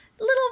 little